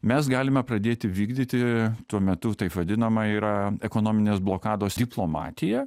mes galime pradėti vykdyti tuo metu taip vadinamą yra ekonominės blokados diplomatiją